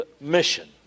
mission